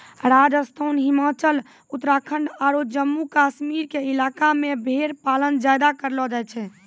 राजस्थान, हिमाचल, उत्तराखंड आरो जम्मू कश्मीर के इलाका मॅ भेड़ पालन ज्यादा करलो जाय छै